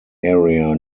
area